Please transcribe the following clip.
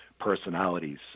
personalities